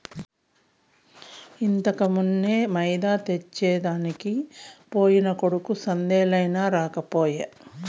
ఇంతకుమున్నే మైదా తెచ్చెదనికి పోయిన కొడుకు సందేలయినా రాకపోయే